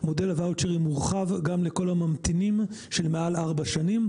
מודל הוואוצ'רים הורחב גם לכל הממתינים של מעל 4 שנים.